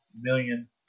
million